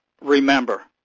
Remember